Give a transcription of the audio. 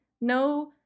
No